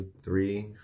three